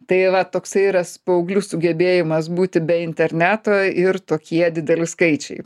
tai va toksai yras paauglių sugebėjimas būti be interneto ir tokie dideli skaičiai